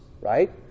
right